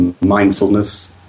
mindfulness